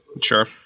Sure